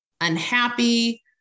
unhappy